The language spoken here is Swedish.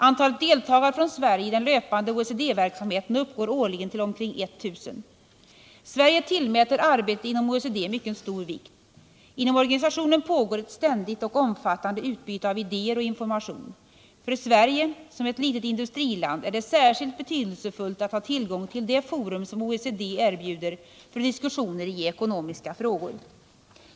Antalet deltagare från Sverige i den löpande OECD-verksamheten uppgår årligen till omkring 1 000. Sverige tillmäter arbetet inom OECD mycket stor vikt. Inom organisationen pågår ett ständigt och omfattande utbyte av idéer och information. För Sverige, som ett litet industriland, är det särskilt betydelsefullt att ha tillgång till det forum som OECD erbjuder för diskussioner i ekonomiska frågor.